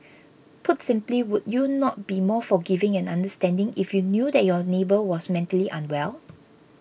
put simply would you not be more forgiving and understanding if you knew that your neighbour was mentally unwell